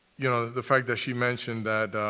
you know, the fact that she mentioned that,